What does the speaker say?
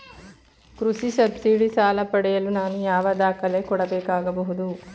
ಕೃಷಿ ಸಬ್ಸಿಡಿ ಸಾಲ ಪಡೆಯಲು ನಾನು ಯಾವ ದಾಖಲೆ ಕೊಡಬೇಕಾಗಬಹುದು?